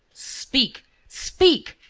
speak! speak!